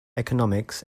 economics